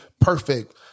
perfect